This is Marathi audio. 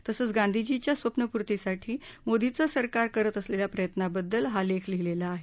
तसंच गांधीजींच्या स्वप्नपूर्तीसाठी मोदींच सरकार करत असलेल्या प्रयत्नांबद्दल लेख लिहिला आहे